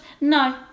No